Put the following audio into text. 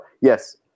Yes